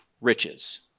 riches